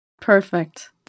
Perfect